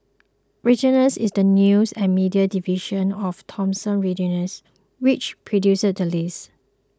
Reuters is the news and media division of Thomson Reuters which produced the list